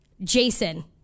Jason